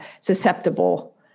susceptible